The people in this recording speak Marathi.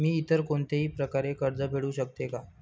मी इतर कोणत्याही प्रकारे कर्ज फेडू शकते का?